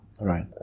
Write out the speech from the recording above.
Right